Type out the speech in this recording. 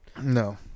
No